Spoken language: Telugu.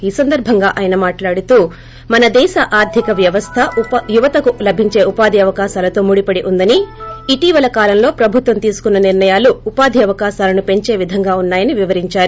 ఈ సందర్భంగా ఆయన మాట్లాడుతూ మనదేశ ఆర్దిక వ్యవస్థ యువతకు లభించే ఉపాధి అవకాశాలతో ముడిపడి ఉందని ఇటీవల కాలంలో ప్రభుత్వం తీసుకున్న నిర్ణయాలు ఉపాధి అవకాశాలను పెంచే విధంగా ఉన్నా యని వివరించారు